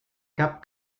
cap